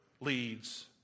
leads